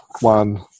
one